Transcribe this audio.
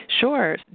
Sure